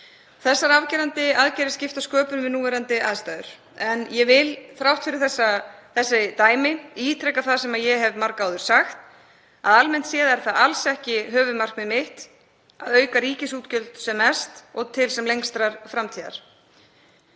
Þessar afgerandi aðgerðir skipta sköpum við núverandi aðstæður en ég vil, þrátt fyrir þessi dæmi, líka ítreka það sem ég hef sagt áður, að almennt séð er það alls ekki höfuðmarkmið mitt að auka ríkisútgjöld sem allra mest og til sem lengstrar framtíðar.